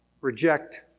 reject